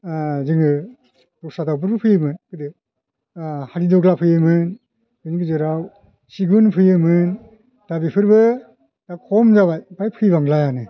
जोङो दस्रा दावफोरबो फैयोमोन गोदो हादिदग्ला फैयोमोन बिनि गेजेराव सिगुन फैयोमोन दा बेफोरबो दा खम जाबाय फैबांलायानो